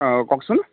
অ কওকচোন